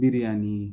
biryani